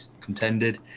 contended